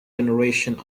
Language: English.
generations